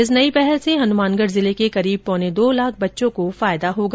इस नई पहल से हनुमानगढ़ जिले के करीब पौने दो लाख बच्चों को फायदा होगा